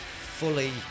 fully